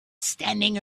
standing